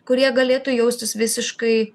kur jie galėtų jaustis visiškai